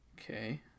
Okay